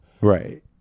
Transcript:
Right